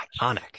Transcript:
iconic